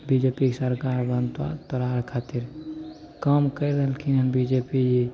B J P के सरकार बनतौ तोरा आर खातिर काम करि रहलखिन हँ बी जे पी